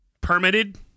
permitted